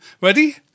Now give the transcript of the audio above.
ready